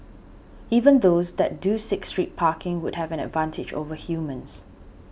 even those that do seek street parking would have an advantage over humans